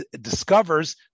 discovers